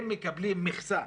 הם מקבלים מכסה